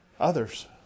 others